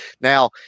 Now